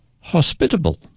hospitable